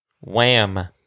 wham